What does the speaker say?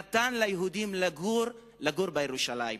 הוא נתן ליהודים לגור בירושלים.